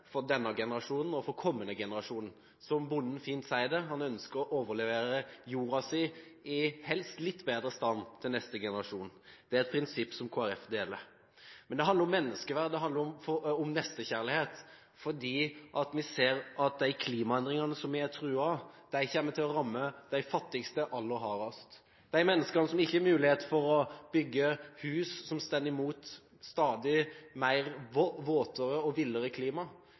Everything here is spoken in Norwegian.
for denne generasjonen og for kommende generasjoner. Som bonden så fint sier det: Han ønsker å overlevere jorden sin i helst litt bedre stand til neste generasjon. Det er et prinsipp Kristelig Folkeparti deler. Det handler om menneskeverd, og det handler om nestekjærlighet, fordi vi ser at de klimaendringene vi er truet av, kommer til å ramme de fattigste aller hardest: de menneskene som ikke har mulighet til å bygge hus som står imot stadig våtere og villere klima,